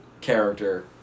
character